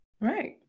Right